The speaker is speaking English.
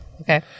Okay